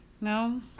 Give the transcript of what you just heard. no